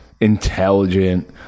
intelligent